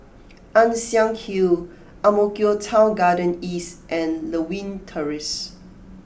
Ann Siang Hill Ang Mo Kio Town Garden East and Lewin Terrace